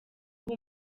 kuba